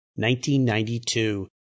1992